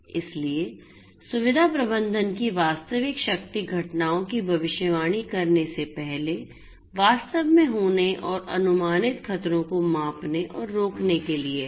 इसलिए सुविधा प्रबंधन की वास्तविक शक्ति घटनाओं की भविष्यवाणी करने से पहले वास्तव में होने और अनुमानित खतरों को मापने और रोकने के लिए है